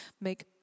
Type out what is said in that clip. Make